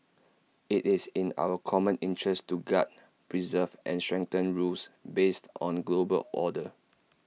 IT is in our common interest to guard preserve and strengthen rules based on global order